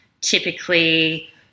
typically